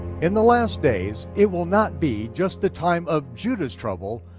in the last days, it will not be just the time of judah's trouble,